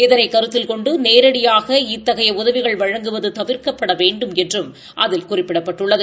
இதனை கருத்தில் கொண்டு நேரடியாக இத்தகைய உதவிகள் வழங்குவது தவிர்க்கப்பட வேண்டுமென்றும் அதில் குறிப்பிடப்பட்டுள்ளது